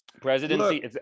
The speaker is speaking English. presidency